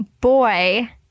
boy